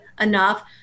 enough